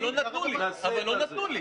אבל לא נתנו לי.